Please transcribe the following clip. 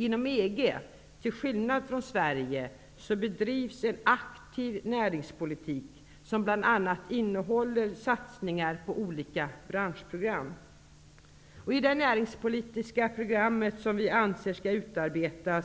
Inom EG, till skillnad från Sverige, bedrivs en aktiv näringspolitik, som bl.a. innehåller satsningar på olika branschprogram. Det näringspolitiska program som vi anser skall utarbetas